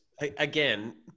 Again